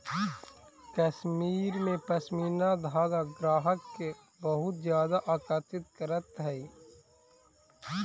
कश्मीर के पशमीना धागा ग्राहक के बहुत ज्यादा आकर्षित करऽ हइ